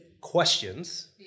questions